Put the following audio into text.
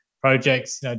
projects